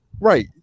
right